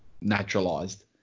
naturalized